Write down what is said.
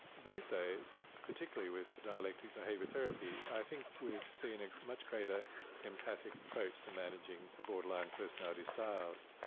these days, particularly with dialectic behaviour therapy, i think we've seen a much greater empathic approach to managing borderline personality styles.